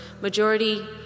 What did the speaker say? majority